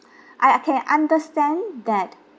I can understand that